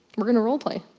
we're in a roll play.